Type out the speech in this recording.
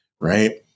right